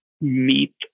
meet